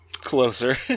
closer